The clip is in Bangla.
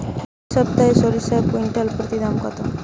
এই সপ্তাহে সরিষার কুইন্টাল প্রতি দাম কত?